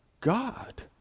God